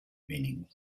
meaning